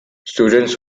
students